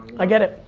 i get it.